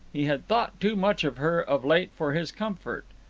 he had thought too much of her of late for his comfort.